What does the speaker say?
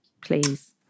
please